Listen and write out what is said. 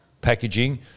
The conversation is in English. packaging